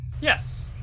Yes